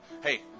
hey